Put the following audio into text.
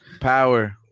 Power